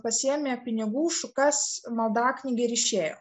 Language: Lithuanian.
pasiėmė pinigų šukas maldaknygę ir išėjo